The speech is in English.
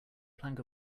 plank